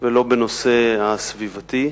ולא בנושא הסביבתי,